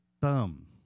boom